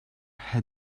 had